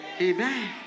Amen